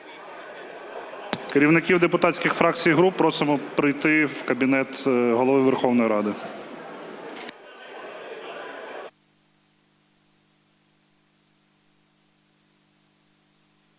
Керівників депутатських фракцій і груп просимо прийти в кабінет Голови Верховної Ради.